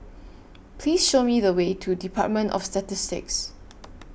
Please Show Me The Way to department of Statistics